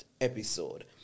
episode